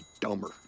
dumber